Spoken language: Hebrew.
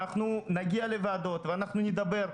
אני אגלה לך על מה הוא אמר את זה,